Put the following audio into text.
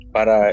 Para